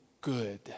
good